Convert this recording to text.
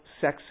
sex